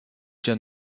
john